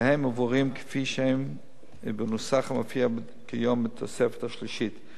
והם מועברים כפי שהם ובנוסח המופיע כיום בתוספת השלישית.